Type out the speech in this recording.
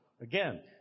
Again